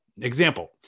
Example